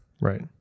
Right